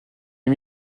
est